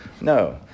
No